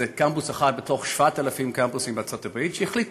זה קמפוס אחד בתוך 7,000 קמפוסים בארצות-הברית שהחליט ככה,